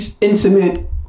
intimate